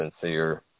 sincere